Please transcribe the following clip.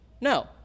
No